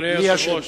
אדוני היושב-ראש,